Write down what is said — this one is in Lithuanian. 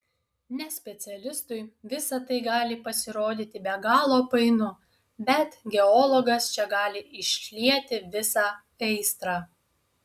nespecialistui visa tai gali pasirodyti be galo painu bet geologas čia gali išlieti visą aistrą